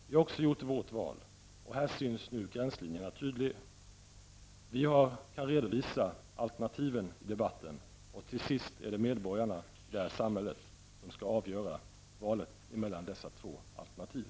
Vi har också gjort vårt val, och här syns nu gränslinjerna tydligt. Vi kan redovisa alternativen i debatten, och det är medborgarna i detta samhälle som till sist skall avgöra valet mellan dessa två alternativ.